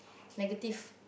negative